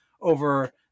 over